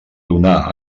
donà